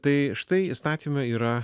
tai štai įstatyme yra